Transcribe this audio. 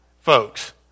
folks